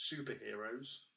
superheroes